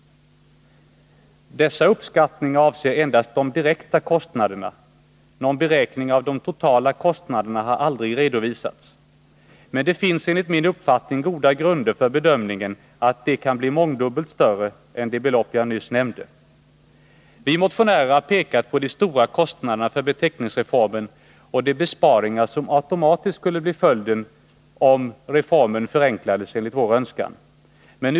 Dessa uppskattningar avser endast de direkta kostnaderna. Någon beräkning av de totala kostnaderna har aldrig redovisats. Men det finns enligt min uppfattning goda grunder för bedömningen, att de kan bli mångdubbelt större än de belopp jag just nämnde. Vi motionärer har pekat på de stora kostnaderna för beteckningsreformen och på de besparingar som automatiskt skulle bli följden, om beteckningsreformen förenklades enligt vår önskan.